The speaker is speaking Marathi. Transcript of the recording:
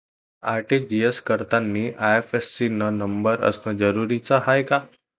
आर.टी.जी.एस करतांनी आय.एफ.एस.सी न नंबर असनं जरुरीच हाय का?